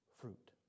fruit